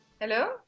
Hello